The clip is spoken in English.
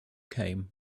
came